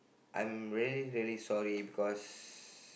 I'm really really sorry because